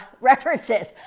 references